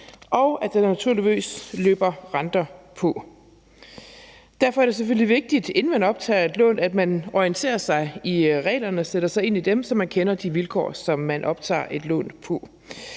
og at der naturligvis løber renter på. Derfor er det selvfølgelig vigtigt, inden man optager et lån, at man orienterer sig i reglerne, sætter sig ind i dem, så man kender de vilkår, som man optager et lån på.